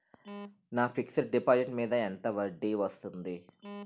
నా fixed deposit మీద ఎంత వడ్డీ వస్తుంది?